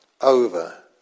over